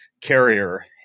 carrier